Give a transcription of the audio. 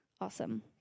Awesome